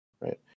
right